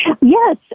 Yes